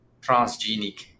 transgenic